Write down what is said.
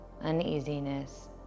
uneasiness